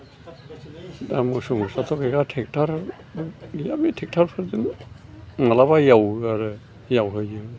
दा मोसौ मोसाथ' गैया टेक्टार बो गैया बे टेक्टार फोरजों मालाबा एवो आरो एव होयो